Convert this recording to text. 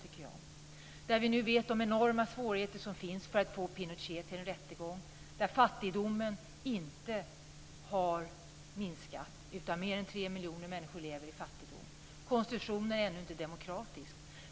Vi känner till de enorma svårigheter som finns med att få Pinochet till en rättegång. Fattigdomen har inte minskat. Mer än tre miljoner människor lever i fattigdom. Konstitutionen är ännu inte demokratisk.